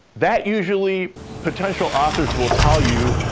that usually potential authors will tell you,